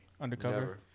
Undercover